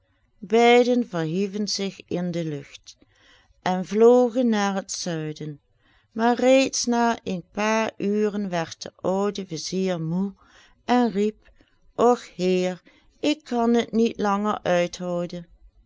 beiden verhieven zich in de lucht en vlogen naar het zuiden maar reeds na een paar uren werd de oude vizier moê en riep och heer ik kan het niet langer uithouden